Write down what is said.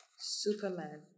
Superman